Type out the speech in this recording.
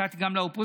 נתתי גם לאופוזיציה,